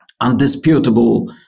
undisputable